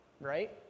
right